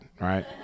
right